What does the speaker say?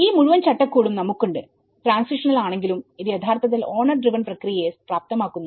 ഈ മുഴുവൻ ചട്ടക്കൂടും നമുക്കുണ്ട്ട്രാൻസിഷണൽ ആണെങ്കിലും ഇത് യഥാർത്ഥത്തിൽ ഓണർ ഡ്രിവൺ പ്രക്രിയയെ പ്രാപ്തമാക്കുന്നു